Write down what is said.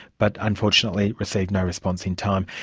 but unfortunately received no response in time.